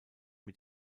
mit